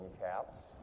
caps